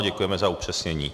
Děkujeme za upřesnění.